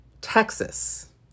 Texas